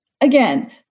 again